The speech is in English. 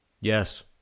Yes